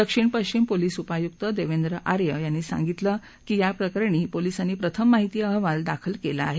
दक्षिण पश्चिम पोलीस उपायुक्त देवेंद्र आर्य यांनी सांगितलं की याप्रकरणी पोलिसांनी प्रथम माहिती अहवाल दाखल केला आहे